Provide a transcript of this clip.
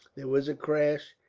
there was a crash.